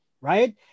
right